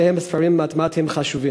שניהם ספרים חשובים במתמטיקה.